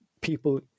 people